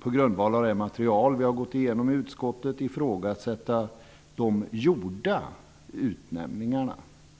på grundval av det material vi har gått igenom i utskottet ifrågasätta de gjorda utnämningarna.